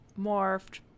morphed